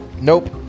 Nope